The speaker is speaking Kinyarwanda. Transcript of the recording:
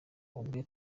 ubwe